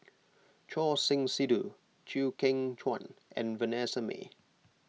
Choor Singh Sidhu Chew Kheng Chuan and Vanessa Mae